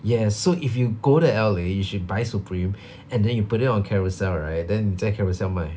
yes so if you go to L_A you should buy Supreme and then you put it on Carousell right then 你在 Carousell 卖